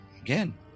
Again